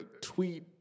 tweet